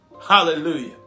Hallelujah